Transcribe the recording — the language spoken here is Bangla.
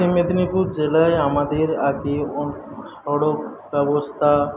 পশ্চিম মেদিনীপুর জেলায় আমাদের আর কী সড়ক ব্যবস্থা